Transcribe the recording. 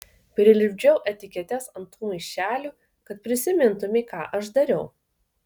prilipdžiau etiketes ant tų maišelių kad prisimintumei ką aš dariau